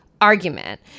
argument